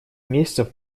месяцев